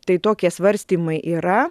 tai tokie svarstymai yra